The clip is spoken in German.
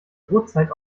brotzeit